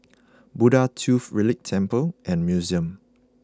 Buddha Tooth Relic Temple and Museum